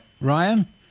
Ryan